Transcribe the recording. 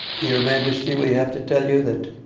your majesty, we have to tell you that